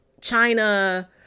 China